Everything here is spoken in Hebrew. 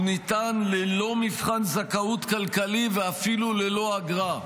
הוא ניתן ללא מבחן זכאות כלכלי ואפילו ללא אגרה,